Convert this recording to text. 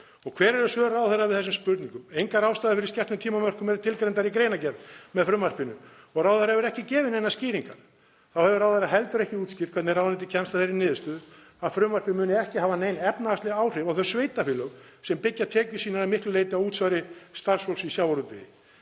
Og hver eru svör ráðherra við þessum spurningum? Engar ástæður fyrir sléttum tímamörkum eru tilgreindar í greinargerð með frumvarpinu og ráðherra hefur ekki gefið neinar skýringar. Þá hefur ráðherra heldur ekki útskýrt hvernig ráðuneytið kemst að þeirri niðurstöðu að frumvarpið muni ekki hafa nein efnahagsleg áhrif á þau sveitarfélög sem byggja tekjur sínar að miklu leyti á útsvari starfsfólks í sjávarútvegi.